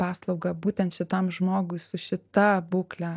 paslaugą būtent šitam žmogui su šita būkle